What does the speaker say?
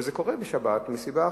וזה קורה בשבת מסיבה אחת,